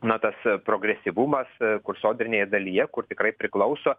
na tas progresyvumas kur sodrinėje dalyje kur tikrai priklauso